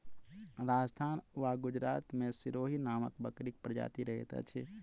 राजस्थान आ गुजरात मे सिरोही नामक बकरीक प्रजाति रहैत अछि